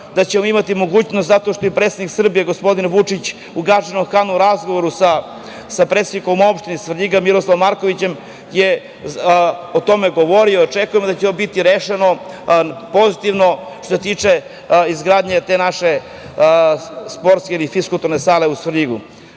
da ćemo imati mogućnosti zato što je i predsednik Srbije, gospodin Vučić u Gadžinom Hanu u razgovoru sa predsednikom opštine Svrljiga, Miroslavom Markovićem o tome govorio i očekujemo da će ovo biti rešeno pozitivno, što se tiče izgradnje te naše sportske ili fiskulturne sale u Svrljigu,